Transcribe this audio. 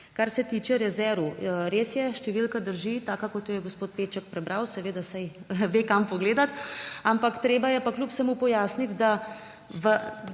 Kar se tiče rezerv. Res je, številka drži taka, kot jo je gospod Peček prebral, seveda, saj ve, kam pogledati. Ampak treba je pa kljub vsemu pojasniti, da